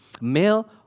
male